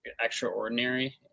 extraordinary